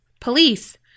police